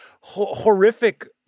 horrific